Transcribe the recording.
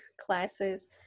classes